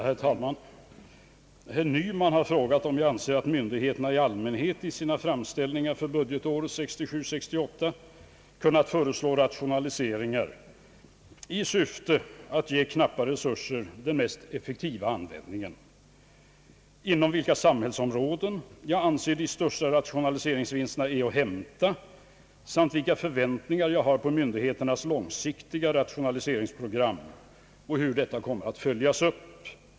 Herr talman! Herr Nyman har i en interpellation frågat mig om jag anser att myndigheterna i allmänhet i sina anslagsframställningar för budgetåret 1967/68 kunnat föreslå rationaliseringar i syfte att »ge knappa resurser den mest effektiva användningen», inom vilka samhällsområden jag anser de största rationaliseringsvinsterna vara att hämta samt vilka förväntningar jag har på myndigheternas långsiktiga rationaliseringsprogram och hur de kommer att följas upp.